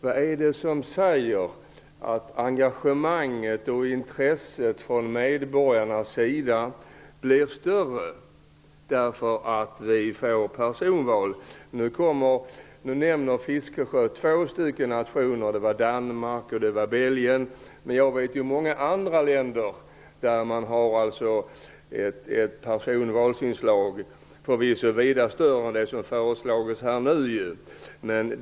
Vad är det som säger att engagemanget och intresset från medborgarnas sida blir större om vi får personval? Nu nämnde Bertil Fiskesjö två länder som har personval, Belgien och Danmark. Jag känner till många andra länder med större personvalsinslag, precis som här föreslås.